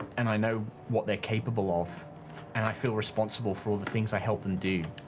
and i know what they're capable of and i feel responsible for the things i helped them do.